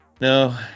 No